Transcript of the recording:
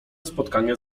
spotkania